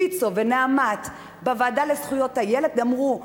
ויצו ו"נעמת" בוועדה לזכויות הילד אמרו: